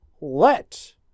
Let